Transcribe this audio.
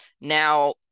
Now